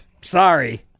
sorry